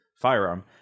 firearm